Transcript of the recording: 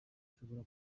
ashobora